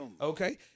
Okay